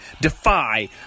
Defy